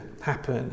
happen